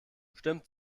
stimmt